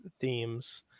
themes